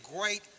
great